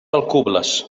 alcubles